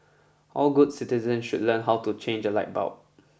all good citizens should learn how to change a light bulb